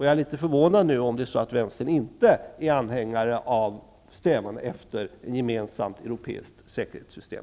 Jag är litet förvånad om vänstern nu inte är anhängare av denna strävan.